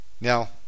Now